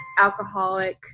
alcoholic